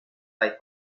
dai